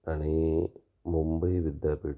आणि मुंबई विद्यापीठ